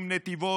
נתיבות,